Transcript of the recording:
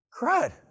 crud